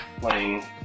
playing